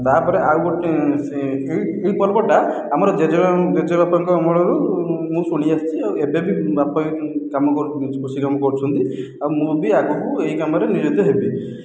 ତା'ପରେ ଆଉ ଏହି ପର୍ବଟା ଆମର ଜେଜେବାପାଙ୍କ ଅମଳରୁ ମୁଁ ଶୁଣିଆସିଛି ଏବେ ବି ବାପା କୃଷି କାମ କରୁଛନ୍ତି ଆଉ ମୁଁ ବି ଆଗକୁ ଏହି କାମରେ ନିୟୋଜିତ ହେବି